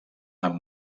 amb